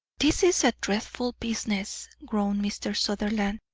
this is a dreadful business, groaned mr. sutherland,